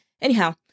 Anyhow